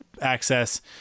access